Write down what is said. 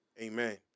Amen